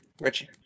Richie